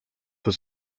was